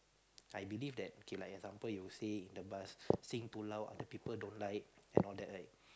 I believe that K lah example you say in the bus sing too loud other people don't like and all that right